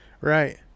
Right